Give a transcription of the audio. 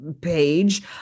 page